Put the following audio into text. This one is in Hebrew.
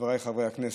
חבריי חברי הכנסת,